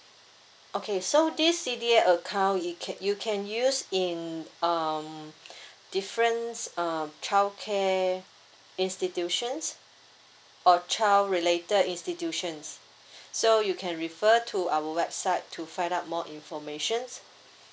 okay so this C_D_A account you can you can use in um difference um childcare institutions or child related institutions so you can refer to our website to find out more informations